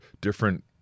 different